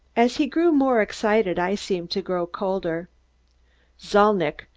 as he grew more excited i seemed to grow cooler. zalnitch,